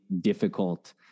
difficult